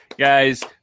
Guys